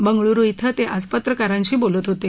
बंगळुरू इथं ते आज पत्रकारांशी बोलत होते